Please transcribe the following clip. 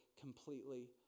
completely